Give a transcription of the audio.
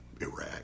Iraq